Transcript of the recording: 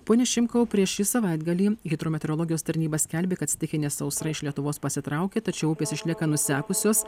pone šimkau prieš šį savaitgalį hidrometeorologijos tarnyba skelbė kad stichinė sausra iš lietuvos pasitraukė tačiau upės išlieka nusekusios